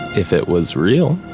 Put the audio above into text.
if it was real.